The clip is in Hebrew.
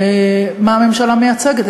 מה הממשלה מייצגת?